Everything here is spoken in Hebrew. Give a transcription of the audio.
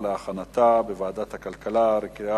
לוועדת הכלכלה נתקבלה.